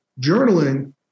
journaling